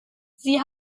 sie